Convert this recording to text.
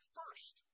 first